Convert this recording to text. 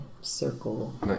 circle